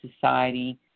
society